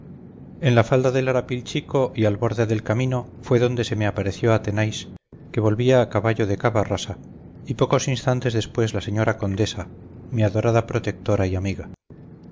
en la falda del arapil chico y al borde del camino fue donde se me apareció athenais que volvía a caballo de cavarrasa y pocos instantes después la señora condesa mi adorada protectora y amiga